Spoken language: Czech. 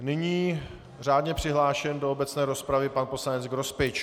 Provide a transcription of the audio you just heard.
Nyní řádně přihlášený do obecné rozpravy pan poslanec Grospič.